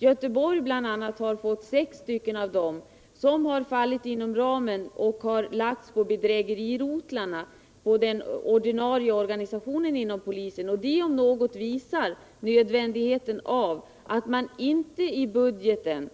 Göteborg t.ex. har fått sex av de här tjänsterna, och de har gått till bedrägerirotlarna och alltså till den ordinarie organisationen inom polisen. Det om något visar nödvändigheten av att man vid budgetarbetet